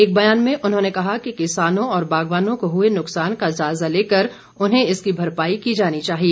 एक बयान में उन्होंने कहा कि किसानों व बागवानों को हुए नुकसान का जायजा लेकर उन्हें इसकी भरपाई की जानी चाहिए